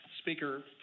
Speaker